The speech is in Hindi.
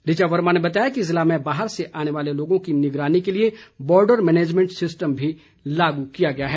ऋचा वर्मा ने बताया कि ज़िले में बाहर से आने वाले लोगों की निगरानी के लिए बॉर्डर मेनेजमेंट सिस्टम भी लागू किया गया है